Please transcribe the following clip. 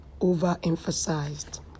overemphasized